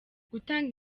gutanga